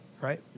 right